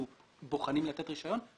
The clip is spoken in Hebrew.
במועד שבו אנחנו בוחנים לתת רישיון,